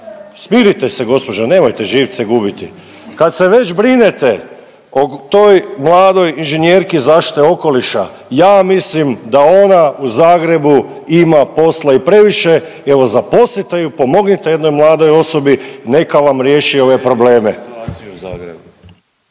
smirite se gospođo, nemojte živce gubiti. Kad se već brinete o toj mladoj inženjerki zaštite okoliša ja mislim da ona u Zagrebu ima posla i previše, evo zaposlite ju, pomognite jednoj mladoj osobi neka vam riješi ove probleme.